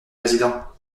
président